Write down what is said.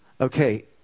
Okay